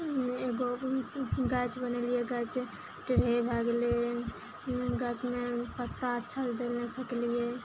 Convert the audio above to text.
एगो गाछ बनेलियै गाछ टेढ़े भए गेलय गाछमे पत्ता अच्छा देल नहि सकलियै